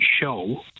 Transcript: show